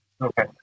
Okay